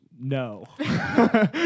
No